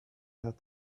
that